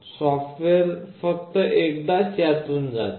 software फक्त एकदाच यातून जाते